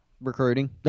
Recruiting